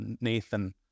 Nathan